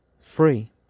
free